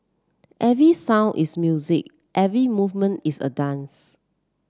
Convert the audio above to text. every sound is music every movement is a dance